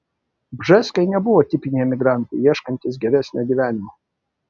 bžeskai nebuvo tipiniai emigrantai ieškantys geresnio gyvenimo